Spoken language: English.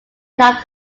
not